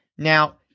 Now